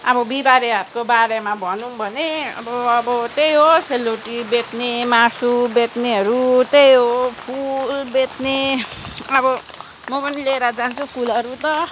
अब बिहिबारे हाटको बारेमा भनौँ भने अब अब त्यही हो सेलरोटी बेच्ने मासु बेच्नेहरू त्यही हो फुल बेच्ने अब म पनि लिएर जान्छु फुलहरू त